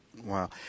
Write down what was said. Wow